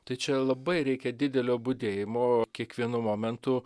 tai čia labai reikia didelio budėjimo kiekvienu momentu